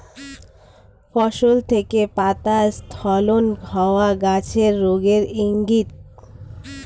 ফসল থেকে পাতা স্খলন হওয়া গাছের রোগের ইংগিত